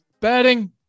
Betting